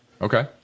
Okay